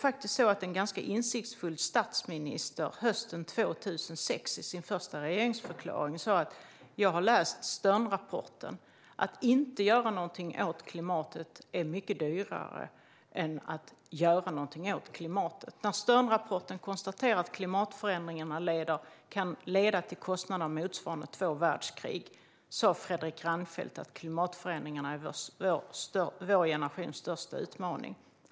Det var en ganska insiktsfull statsminister som hösten 2006 i sin första regeringsförklaring sa: Jag har läst Sternrapporten. Att inte göra någonting åt klimatet är mycket dyrare än att göra någonting åt klimatet. När Sternrapporten konstaterade att klimatförändringarna kan leda till kostnader motsvarande två världskrig sa Fredrik Reinfeldt att klimatförändringarna är vår generations största utmaning.